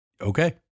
okay